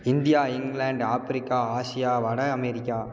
India England Africa Asia வட America